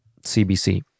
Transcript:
cbc